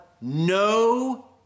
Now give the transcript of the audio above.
no